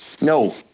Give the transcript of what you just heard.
No